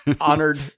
honored